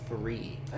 free